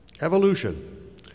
Evolution